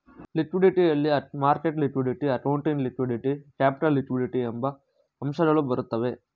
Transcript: liquidity ಯಲ್ಲಿ market liquidity, accounting liquidity, capital liquidity ಎಂಬ ಅಂಶಗಳು ಬರುತ್ತವೆ